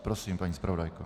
Prosím, paní zpravodajko.